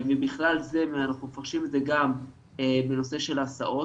ובכלל זה אנחנו פוגשים את זה גם בנושא של ההסעות.